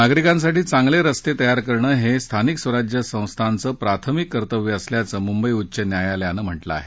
नागरिकांसाठी चांगले रस्ते तयार करणं हे स्थानिक स्वराज्य संस्थांचं प्राथमिक कर्तव्य असल्याचं मुंबई उच्च न्यायालयानं म्हटलं आहे